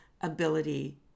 ability